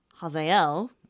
Hazael